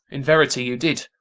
in verity, you did.